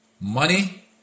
money